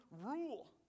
rule